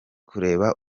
kureba